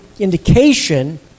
indication